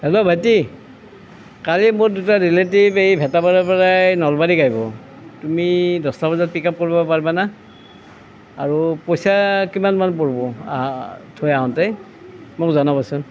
hello ভাইটি কালি মোৰ দুটা ৰিলেটিভ এই ভেটাপাৰাৰ পৰাই নলবাৰী আহিব তুমি দহটা বজাত পিক আপ কৰিব পাৰিবানে আৰু পইছা কিমানমান পৰিব থৈ আঁহোতে মোক জনাবাছোন